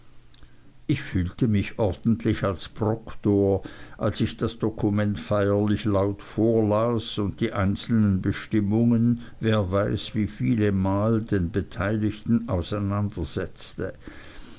ich fühlte mich ordentlich als proktor als ich das dokument feierlich laut vorlas und die einzelnen bestimmungen wer weiß wie viele mal den beteiligten auseinandersetzte